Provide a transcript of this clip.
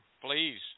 Please